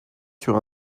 sur